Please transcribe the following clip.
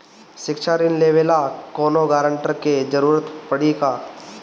शिक्षा ऋण लेवेला कौनों गारंटर के जरुरत पड़ी का?